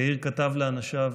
יאיר כתב לאנשיו: